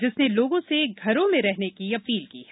जिसमें लोगों से घर में रहने की अपील की है